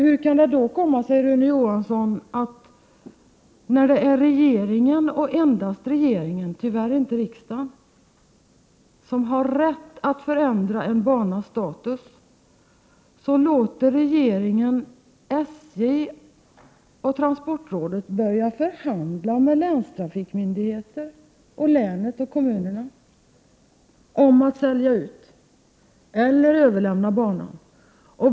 Hur kan det då komma sig, Rune Johansson, att när det är regeringen, och endast regeringen — tyvärr inte riksdagen — som har rätt att besluta om att en banas status skall förändras, låter regeringen SJ och transportrådet börja förhandla med länstrafikmyndigheter, länet och kommunerna om att sälja ut eller överlämna banan.